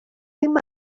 dim